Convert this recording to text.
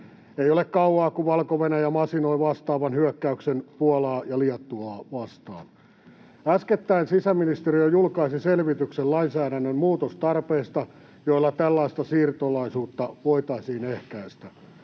Ei ole kauaa, kun Valko-Venäjä masinoi vastaavan hyökkäyksen Puolaa ja Liettuaa vastaan. Äskettäin sisäministeriö julkaisi selvityksen lainsäädännön muutostarpeista, joilla tällaista siirtolaisuutta voitaisiin ehkäistä.